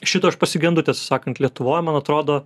šito aš pasigendu tiesą sakant lietuvoj man atrodo